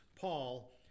Paul